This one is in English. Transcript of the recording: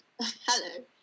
Hello